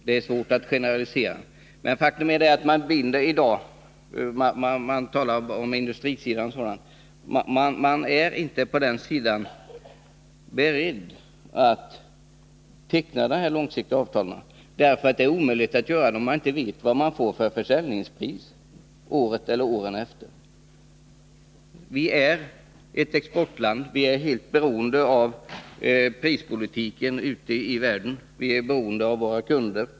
Det är svårt att generalisera, men faktum är att man i dag på industrisidan t.ex. inte är beredd att teckna några sådana långsiktiga avtal. Det är inte möjligt att göra det om man inte vet vad man får för försäljningspris året eller åren därefter. Sverige är ett exportland, och vi är helt beroende av prispolitiken ute i världen. Vi är beroende av våra kunder.